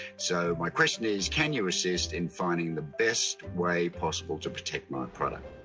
so my question is, can you assist in finding the best way possible to protect my product?